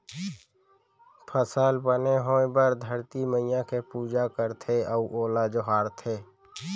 फसल बने होए बर धरती मईया के पूजा करथे अउ ओला जोहारथे